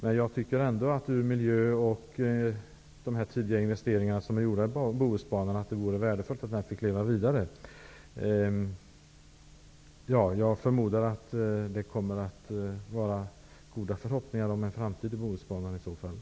Men jag tycker ändå att det med tanke på miljön och de investeringar som tidigare har gjorts i Bohusbanan vore värdefullt om den fick leva vidare. Jag förmodar att det i så fall kommer att finnas goda förhoppningar om en framtid för Bohusbanan.